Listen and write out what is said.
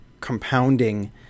compounding